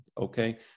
okay